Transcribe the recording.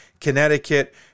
connecticut